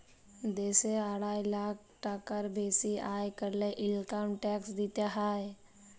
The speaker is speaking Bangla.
দ্যাশে আড়াই লাখ টাকার বেসি আয় ক্যরলে ইলকাম ট্যাক্স দিতে হ্যয়